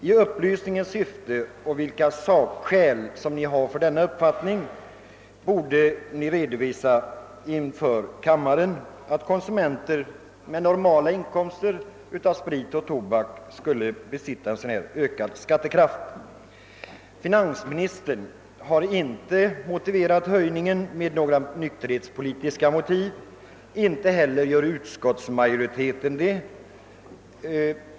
I upplysningens syfte borde ni redovisa inför kammaren vilka sakskäl ni har för denna uppfattning att konsumenter av sprit och tobak med normala inkomster skulle besitta en dylik ökad skatteförmåga. Finansministern har inte angett några nykterhetspolitiska motiv för höjningen. Det gör inte heller utskottsmajoriteten.